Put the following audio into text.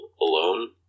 alone